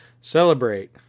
celebrate